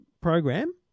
program